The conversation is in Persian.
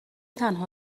تنها